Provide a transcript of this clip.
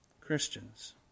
Christians